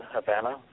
Havana